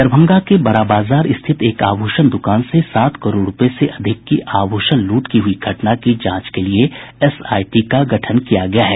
दरभंगा के बड़ा बाजार स्थित एक आभूषण दुकान से सात करोड़ रूपये से अधिक की आभूषण लूट की हुई घटना की जांच के लिए एसआईटी का गठन किया गया है